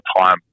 time